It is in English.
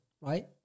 right